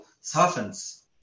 softens